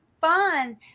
fun